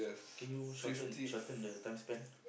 can you shorten shorten the time span